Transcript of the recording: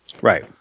Right